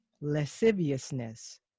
lasciviousness